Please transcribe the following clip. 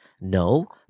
No